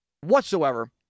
whatsoever